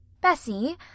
Bessie